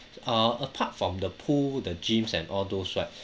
uh apart from the pool the gyms and all those right